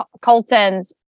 Colton's